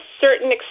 certain